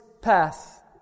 path